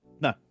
no